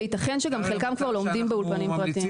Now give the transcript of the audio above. וייתכן שגם חלקם כבר לומדים באולפנים פרטיים.